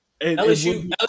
LSU